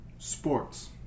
Sports